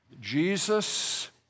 Jesus